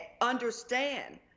understand